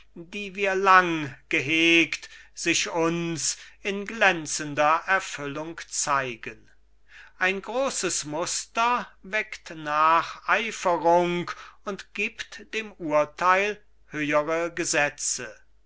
die wir lang gehegt sich uns in glänzender erfüllung zeigen ein großes muster weckt nacheiferung und gibt dem urteil höhere gesetze